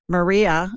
Maria